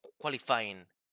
qualifying